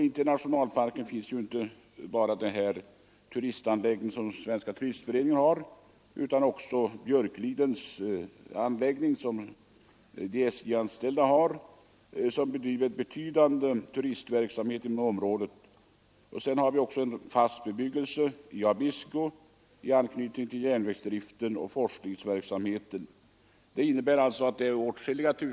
Intill nationalparken finns inte bara den turistanläggning som Svenska turistföreningen har utan även Björklidens anläggning som de SJ-anställda har och som bedriver en betydande turistverksamhet inom området. Vidare finns den fasta bebyggelsen i Abisko i anknytning till järnvägsdriften och forskningsverksamheten.